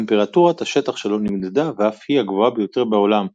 טמפרטורת השטח שלו נמדדה ואף היא הגבוהה ביותר בעולם,